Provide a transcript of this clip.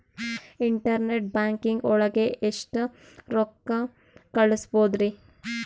Internet banking ಒಳಗೆ ಎಷ್ಟ್ ರೊಕ್ಕ ಕಲ್ಸ್ಬೋದ್ ರಿ?